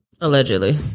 Allegedly